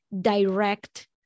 direct